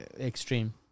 Extreme